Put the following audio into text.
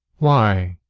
why?